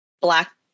black